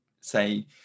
say